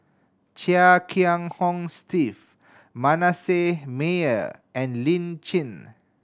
Chia Kiah Hong Steve Manasseh Meyer and Lin Chen